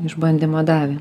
išbandymą davė